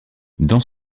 dans